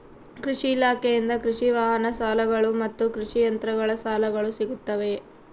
ಕೃಷಿ ಇಲಾಖೆಯಿಂದ ಕೃಷಿ ವಾಹನ ಸಾಲಗಳು ಮತ್ತು ಕೃಷಿ ಯಂತ್ರಗಳ ಸಾಲಗಳು ಸಿಗುತ್ತವೆಯೆ?